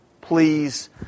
Please